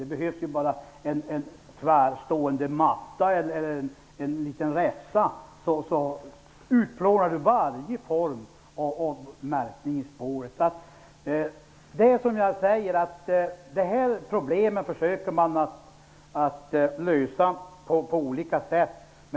Det behövs bara en tvärstående matta eller en liten räfsa för att utplåna varje form av märkning i spåret. Det är som jag säger. Man försöker lösa dessa problem på olika sätt.